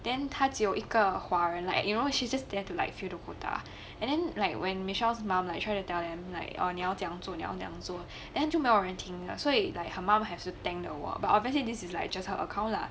then 他只有一个华人 like you know shes just there to like fill the quota and then like when michelle's mom like try to tell them like orh 你要怎样做你怎样做 then 就没有人听的所以 like her mom 还是 temp 的 wor but obviously this is like just her account lah